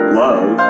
love